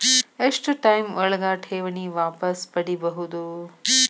ಎಷ್ಟು ಟೈಮ್ ಒಳಗ ಠೇವಣಿ ವಾಪಸ್ ಪಡಿಬಹುದು?